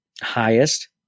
highest